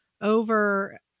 over